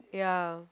ya